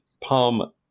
Palm